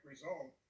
result